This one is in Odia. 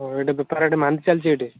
ଓ ଏଇଠି ବେପାର ଏଇଠି ମାନ୍ଦା ଚାଲିଛି ଏଇଠି